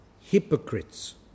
hypocrites